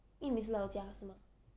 因为你每次来我家是吗